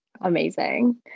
amazing